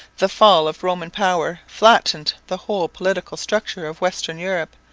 the fall of roman power flattened the whole political structure of western europe,